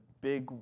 Big